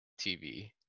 tv